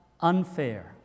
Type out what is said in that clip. Unfair